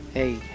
Hey